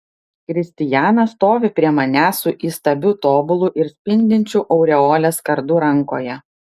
kristijanas stovi prie manęs su įstabiu tobulu ir spindinčiu aureolės kardu rankoje